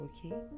Okay